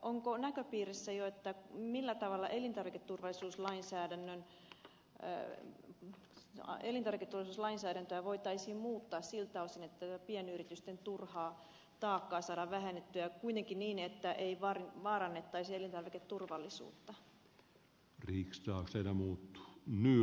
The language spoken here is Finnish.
onko näköpiirissä jo millä tavalla elintarviketurvallisuuslainsäädäntöä voitaisiin muuttaa siltä osin että tätä pienyritysten turhaa taakkaa saadaan vähennettyä kuitenkin niin että ei vaarannettaisi elintarviketurvallisuutta